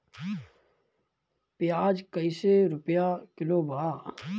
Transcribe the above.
प्याज कइसे रुपया किलो बा?